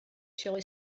chilli